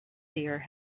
seer